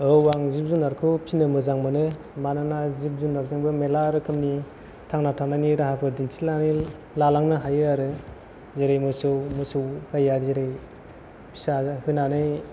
औ आं जिब जुनारखौ फिनो मोजां मोनो मानोना जिब जुनार जोंबो मेरला रोखोमनि थांना थानायनि राहाफोर दिन्थिनानै लालांनो हायो आरो जेरै मोसौ मोसौ गाया जेरै फिसा होनानै